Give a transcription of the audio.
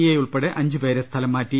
I ഉൾപ്പെടെ അഞ്ചു പേരെ സ്ഥലം മാറ്റി